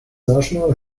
national